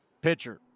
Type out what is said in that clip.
Pitcher